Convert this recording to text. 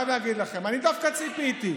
אני דווקא ציפיתי,